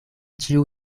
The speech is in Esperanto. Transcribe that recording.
ĉiu